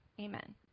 amen